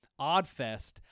Oddfest